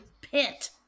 pit